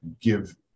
give